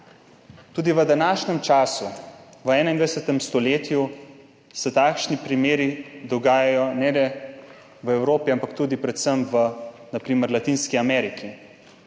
Tudi v današnjem času, v 21. stoletju, se takšni primeri dogajajo ne le v Evropi, ampak tudi predvsem na primer v Latinski Ameriki.